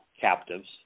captives